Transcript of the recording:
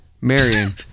Marion